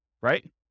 right